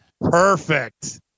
Perfect